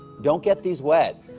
don't get these wet,